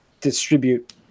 distribute